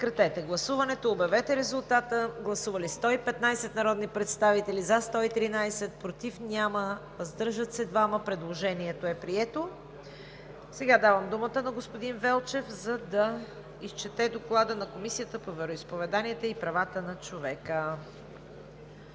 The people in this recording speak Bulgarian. Давам думата на господин Велчев, за да изчете Доклада на Комисията по вероизповеданията и правата на човека.